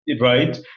Right